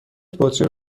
بطری